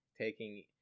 taking